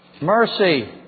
Mercy